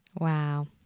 Wow